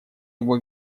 его